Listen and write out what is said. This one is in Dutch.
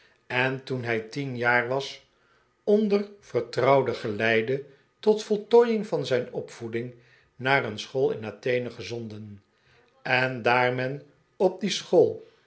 en to'en hij tien jaar was onder vertrouwd geleide tot voltooiing van zijn opvoeding naar een school in athene gezonden en daar men op die school